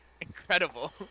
Incredible